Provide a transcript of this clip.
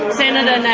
and senator